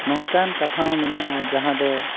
ᱱᱚᱝᱠᱟᱱ ᱠᱟᱛᱷᱟ ᱦᱚᱸ ᱢᱮᱱᱟᱜᱼᱟ ᱡᱟᱦᱟᱸ ᱫᱚ